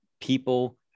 People